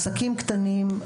עסקים קטנים,